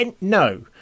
No